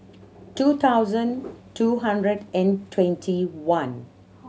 two thousand two hundred and twenty one